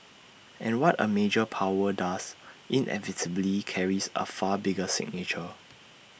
and what A major power does inevitably carries A far bigger signature